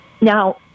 Now